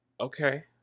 Okay